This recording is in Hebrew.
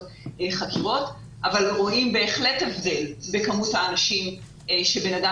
חקירות אבל בהחלט רואים הבדל במספר האנשים שבן אדם